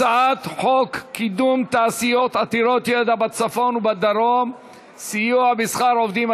הצעת חוק קידום תעשיות עתירות ידע בצפון ובדרום (סיוע בשכר עובדים),